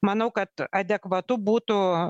manau kad adekvatu būtų